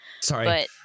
Sorry